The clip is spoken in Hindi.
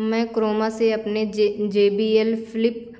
मैं क्रोमा से अपने J J B L flip